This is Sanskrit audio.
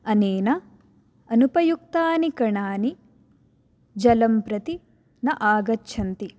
अनेन अनुपयुक्तानि कणानि जलं प्रति न आगच्छन्ति